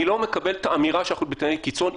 אני לא מקבל את האמירה שאנחנו בתנאי קיצון,